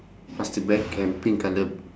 plastic bag and pink colour